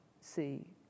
see